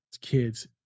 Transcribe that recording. kids